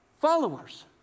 Followers